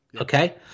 okay